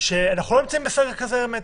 שאנחנו לא נמצאים בסגר כזה הרמטי.